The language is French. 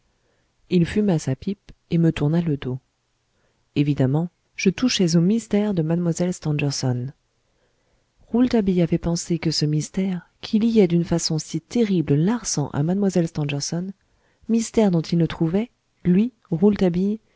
il fuma sa pipe et me tourna le dos évidemment je touchais au mystère de mlle stangerson rouletabille avait pensé que ce mystère qui liait d'une façon si terrible larsan à mlle stangerson mystère dont il ne trouvait lui